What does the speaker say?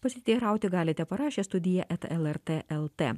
pasiteirauti galite parašę studija et lrt lt